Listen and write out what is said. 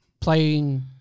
playing